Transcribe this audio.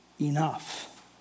enough